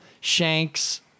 shanks